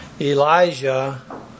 Elijah